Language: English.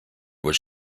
was